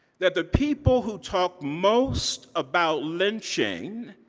that the people who talk most about lynching